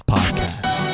Podcast